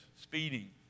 speeding